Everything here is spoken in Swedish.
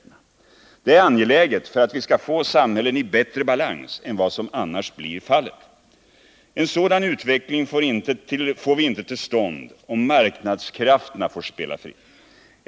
Det är angeläget för att vi skall få samhällen i bättre balans än vad som annars blir fallet. En sådan utveckling får vi inte till stånd om marknadskrafterna får spela fritt.